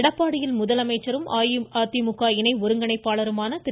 எடப்பாடியில் முதலமைச்சரும் அஇஅதிமுக ஒருங்கிணைப்பாளருமான இணை திரு